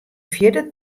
fierder